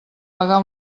pagar